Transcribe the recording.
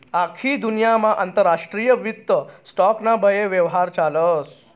आख्खी दुन्यामा आंतरराष्ट्रीय वित्त स्टॉक ना बये यव्हार चालस